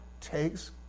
takes